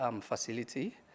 facility